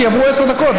כי עברו עשר דקות,